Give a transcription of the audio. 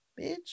bitch